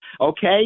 Okay